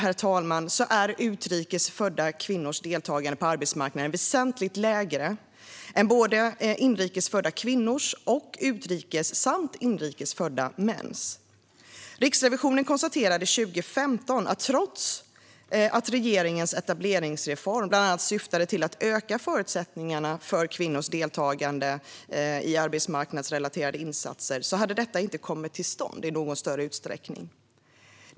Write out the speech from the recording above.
Trots detta är utrikes födda kvinnors deltagande på arbetsmarknaden väsentligt lägre än både inrikes födda kvinnors och utrikes samt inrikes födda mäns. Riksrevisionen konstaterade 2015 att trots att regeringens etableringsreform bland annat syftade till att öka förutsättningarna för kvinnors deltagande i arbetsmarknadsrelaterade insatser hade detta inte kommit till stånd i någon större utsträckning.